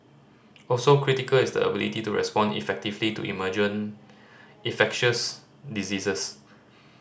also critical is the ability to respond effectively to emerging infectious diseases